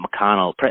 McConnell